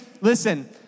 listen